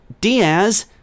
Diaz